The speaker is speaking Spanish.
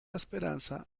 esperanza